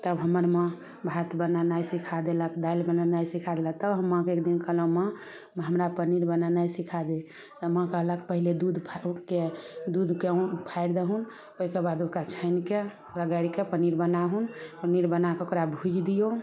तब हमर माँ भात बनेनाइ सीखा देलक दालि बनेनाइ सीखा देलक तब हम माँके एकदिन कहलहुॅं माँ हमरा पनीर बनेनाइ सीखा दे तऽ माँ कहलक पहिले दूध फारिके दूधके फारि दहून ओहिके बाद ओ कऽ छाइन के ओकरा गाइर के पनीर बनाहुन पनीर बना कऽ ओकरा भुइज दियौ